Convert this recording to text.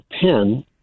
pen